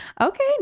Okay